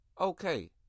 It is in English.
Okay